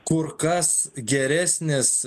kur kas geresnis